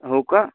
हो का